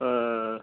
ஆ ஆ ஆ